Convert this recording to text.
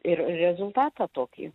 ir rezultatą tokį